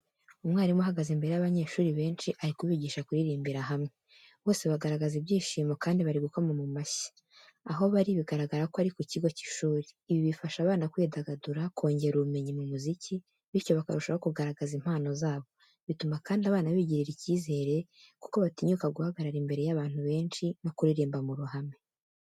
Umwarimu uhagaze imbere y’abanyeshuri benshi ari kubigisha kuririmbira hamwe, bose bagaragaza ibyishimo kandi bari gukoma mu mashyi. Aho bari bigaragara ko ari ku kigo cy'ishuri. Ibi bifasha abana kwidagadura, kongera ubumenyi mu muziki bityo bakarushaho kugaragaza impano zabo. Bituma kandi abana bigirira icyizere kuko batinyuka guhagarara imbere y'abantu benshi no kuririmba mu ruhame.